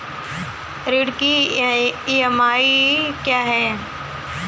ऋण की ई.एम.आई क्या है?